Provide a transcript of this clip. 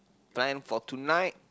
time for tonight